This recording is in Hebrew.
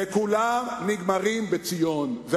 וכולם נגמרים בציון.